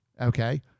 Okay